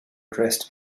dressed